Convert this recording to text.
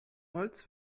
holz